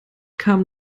kam